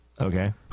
Okay